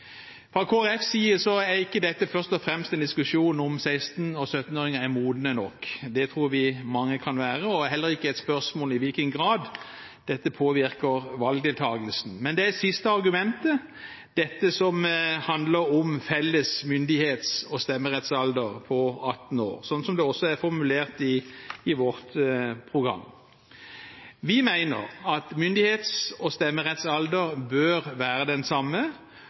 Fra Kristelig Folkepartis side er ikke dette først og fremst en diskusjon om 16- og 17-åringer er modne nok – det tror vi mange kan være – og heller ikke et spørsmål om i hvilken grad dette påvirker valgdeltakelsen, men det gjelder det siste argumentet, som handler om felles myndighets- og stemmerettsalder på 18 år, slik som det også er formulert i vårt program. Vi mener at myndighets- og stemmerettsalder bør være den samme,